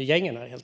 gängen.